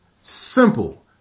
Simple